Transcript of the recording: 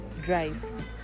drive